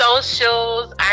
socials